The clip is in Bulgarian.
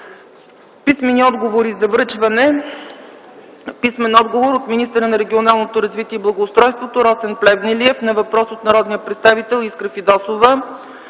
Писмени отговори за връчване: - от министъра на регионалното развитие и благоустройството Росен Плевнелиев на въпрос от народния представител Искра Фидосова;